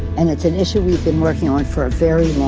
and it's an issue we've been working on for a very